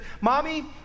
Mommy